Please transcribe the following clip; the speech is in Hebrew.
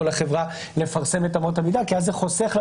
החברה מפרסמת את אמות המידה כי אז זה חוסך לה